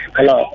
Hello